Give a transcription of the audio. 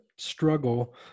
struggle